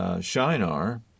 Shinar